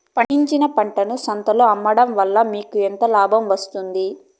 పండించిన పంటను సంతలలో అమ్మడం వలన మీకు ఎంత లాభం వస్తుంది?